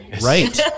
right